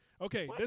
Okay